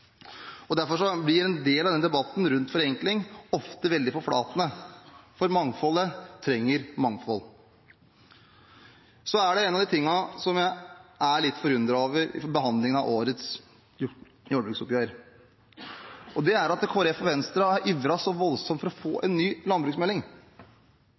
land. Derfor blir en del av denne debatten rundt forenkling ofte veldig forflatende – for mangfoldet trenger mangfold. Så er det en ting jeg er litt forundret over i behandlingen av årets jordbruksoppgjør, og det er at Kristelig Folkeparti og Venstre har ivret så voldsomt for å få